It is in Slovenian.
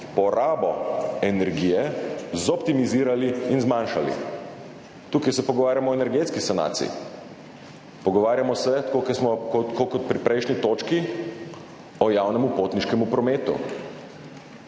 porabo energije zoptimizirali in zmanjšali. Tukaj se pogovarjamo o energetski sanaciji, pogovarjamo se, tako kot pri prejšnji točki, o javnem potniškem prometu.